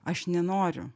aš nenoriu